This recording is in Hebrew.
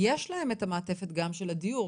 יש להן את המעטפת של דיור,